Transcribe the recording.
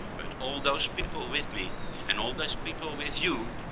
but all those people with me and all those people with you,